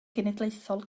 genedlaethol